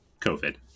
COVID